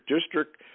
district